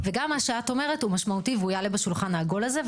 וגם מה שאת אומרת הוא משמעותי והוא יעלה בשולחן העגול הזה.